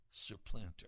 supplanter